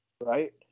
Right